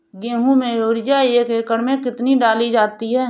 गेहूँ में यूरिया एक एकड़ में कितनी डाली जाती है?